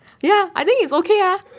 ya I think it's okay ah